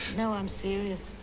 no i'm serious.